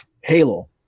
Halo